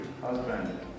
husband